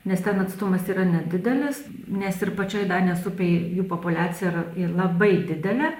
nes ten atstumas yra nedidelis nes ir pačioj danės upėj jų populiacija yra labai didelė